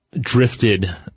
drifted